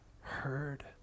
heard